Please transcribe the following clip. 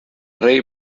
rei